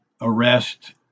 arrest